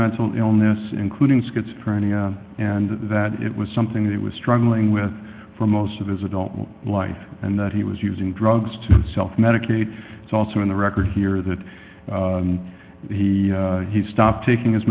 mental illness including schizophrenia and that it was something that was struggling with for most of his adult life and that he was using drugs to self medicate it's also in the record here that he he stopped taking